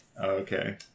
Okay